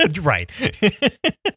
Right